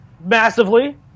Massively